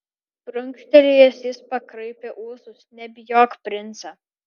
prunkštelėjęs jis pakraipė ūsus nebijok prince